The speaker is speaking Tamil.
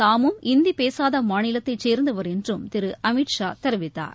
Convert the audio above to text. தாமும் இந்தி பேசாதா மாநிலத்தை சேர்ந்தவர் என்றும் திரு அமித்ஷா தெரிவித்தார்